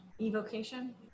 Evocation